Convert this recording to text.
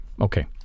Okay